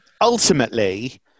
Ultimately